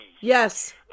Yes